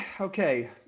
Okay